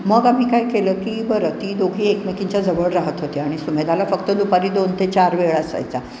मग आम्ही काय केलं की बरं ती दोघी एकमेकींच्याजवळ राहत होत्या आणि सुमेधाला फक्त दुपारी दोन ते चार वेळ असायचा